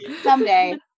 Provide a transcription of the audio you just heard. Someday